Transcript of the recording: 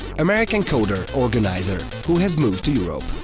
american coder, organizer, who has moved to europe.